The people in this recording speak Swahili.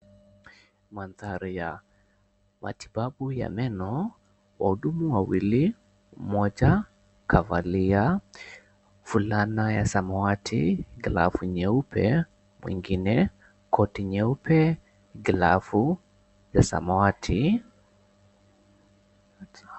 Mandhari ya matibabu ya meno, wahudumu wa meno, mmoja kavalia fulana ya rangi ya samawati, glavu nyeupe, mwengine koti nyeupe na glavu ya samawati.